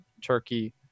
Turkey